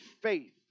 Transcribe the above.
faith